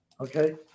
Okay